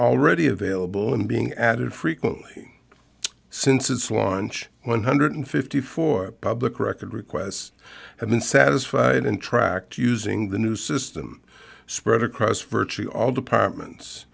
already available and being added frequently since its launch one hundred fifty four public record requests have been satisfied and tracked using the new system spread across virtually all departments